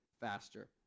faster